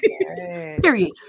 period